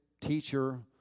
teacher